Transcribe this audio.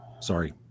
Sorry